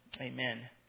Amen